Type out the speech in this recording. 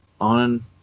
on